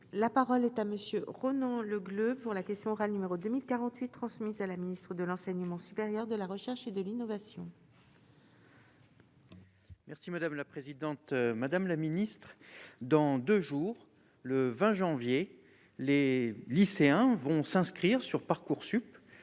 la parole est à monsieur Ronan Le Gleut pour la question orale, numéro 2 1048 transmise à la ministre de l'enseignement supérieur de la recherche et de l'innovation. Merci madame la présidente, madame la ministre, dans 2 jours, le 20 janvier Les lycéens vont s'inscrire sur Parcoursup